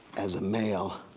as a male